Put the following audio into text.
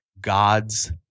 God's